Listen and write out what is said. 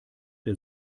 der